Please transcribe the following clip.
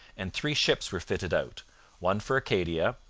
and three ships were fitted out one for acadia,